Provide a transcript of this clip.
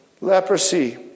leprosy